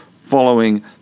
following